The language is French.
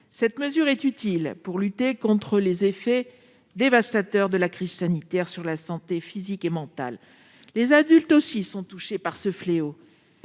Cette mesure est utile pour lutter contre les effets dévastateurs de la crise sanitaire sur la santé physique et mentale de nos concitoyens. Les adultes aussi sont touchés par ce fléau.